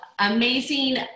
amazing